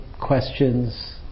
questions